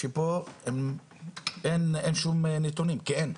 שפה אין שום נתונים, כי אין.